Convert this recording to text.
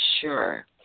sure